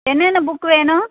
என்னென்ன புக்கு வேணும்